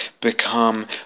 become